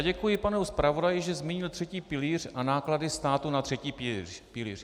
Děkuji panu zpravodaji, že zmínil třetí pilíř a náklady státu na třetí pilíř.